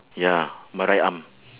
ya my right arm